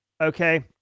Okay